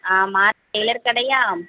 Malik tailor கடையா